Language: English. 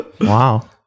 Wow